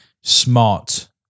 smart